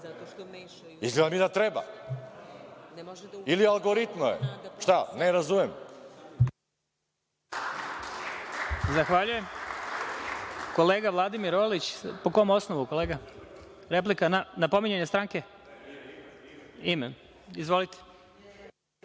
Izgleda mi da treba. Ili algoritme, šta? Ne razumem.